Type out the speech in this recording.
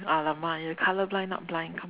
!alamak! you color blind not blind